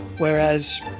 whereas